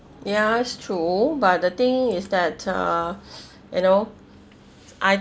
ya it's true but the thing is that uh you know I